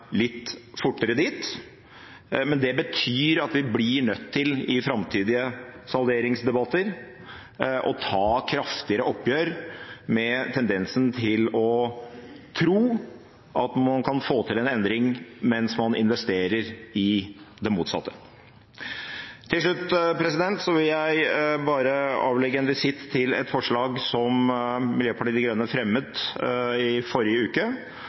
litt fortere dit, men det betyr at vi i framtidige salderingsdebatter blir nødt til å ta kraftigere oppgjør med tendensen til å tro at man kan få til en endring mens man investerer i det motsatte. Til slutt vil jeg avlegge et forslag som Miljøpartiet De Grønne fremmet i forrige uke,